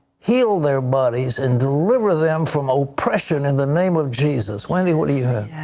heal their bodies and deliver them from oppression in the name of jesus. wendy, what do you